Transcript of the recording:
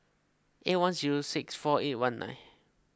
eight one zero six four eight one nine